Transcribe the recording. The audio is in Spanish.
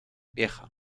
vieja